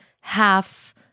half